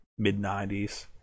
mid-'90s